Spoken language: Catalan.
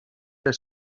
els